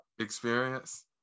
experience